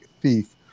thief